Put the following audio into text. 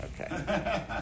Okay